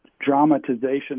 dramatization